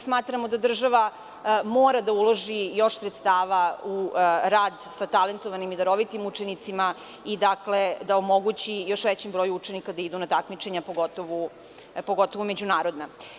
Smatramo da država mora da uloži još sredstava u rad sa talentovanim i darovitim učenicima i da omogući još većem broju učenika da idu na takmičenja, pogotovo međunarodna.